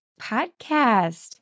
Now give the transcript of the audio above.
podcast